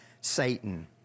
Satan